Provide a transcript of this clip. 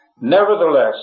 nevertheless